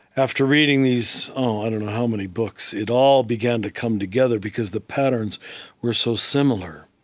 after reading these oh, i don't know how many books it all began to come together because the patterns were so similar.